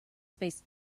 space